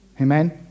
Amen